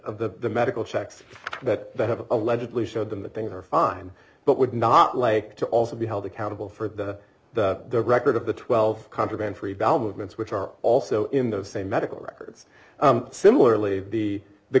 of the medical checks that they have allegedly showed them that things are fine but would not like to also be held accountable for the record of the twelve contraband preval movements which are also in those same medical records similarly be the